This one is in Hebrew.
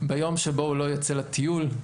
ביום שבו הוא לא יוצא לטיול,